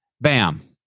bam